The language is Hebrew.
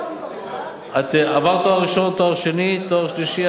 את עברת תואר ראשון, תואר שני, תואר שלישי?